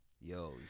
Yo